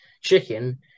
chicken